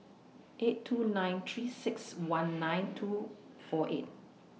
eight two nine three six one nine two four eight